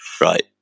Right